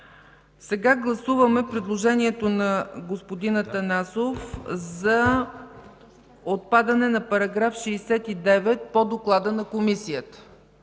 Сега гласуваме предложението на господин Атанасов за отпадане на § 69 по доклада на Комисията,